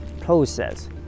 process